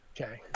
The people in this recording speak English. Okay